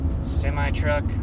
Semi-truck